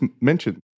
mentioned